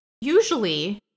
usually